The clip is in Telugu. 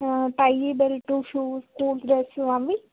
ఆ tie belt shoe school dress అవి